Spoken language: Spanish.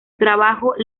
trabajo